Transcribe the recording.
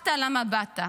שכחת למה באת,